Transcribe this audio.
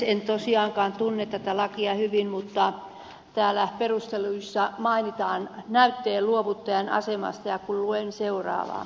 en tosiaankaan tunne tätä lakia hyvin mutta täällä perusteluissa mainitaan näytteen luovuttajan asemasta ja luen siitä seuraavan